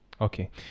Okay